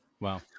wow